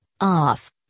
off